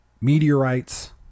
meteorites